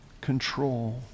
control